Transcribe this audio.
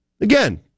again